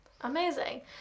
Amazing